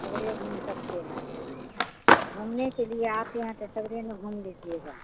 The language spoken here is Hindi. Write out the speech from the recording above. सगरे घूम सकते हैं घूमने के लिए आते हैं तो सगरे ना घूम लीजिएगा